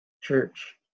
church